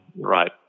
right